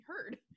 heard